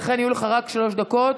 ולכן יהיו לך רק שלוש דקות.